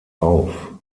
auf